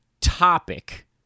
topic